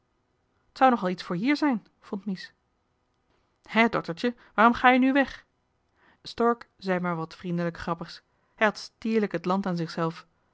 zou nog al iets voor hier zijn vond mies hè doktertje waarom ga je nu weg stork zei maar wat vriendelijk grappigs hij had stierlijk het land aan zichzelf